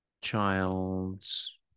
Childs